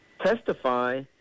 testify